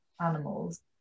animals